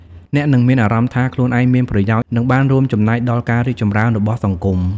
អ្នកនឹងមានអារម្មណ៍ថាខ្លួនឯងមានប្រយោជន៍ និងបានរួមចំណែកដល់ការរីកចម្រើនរបស់សង្គម។